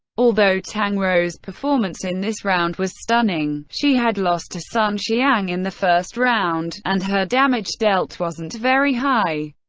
although tang rou's performance in this round was stunning, she had lost to sun xiang in the first round, and her damage dealt wasn't very high.